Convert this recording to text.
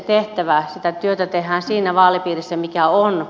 sitä työtä tehdään siinä vaalipiirissä mikä on